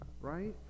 Right